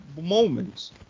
moments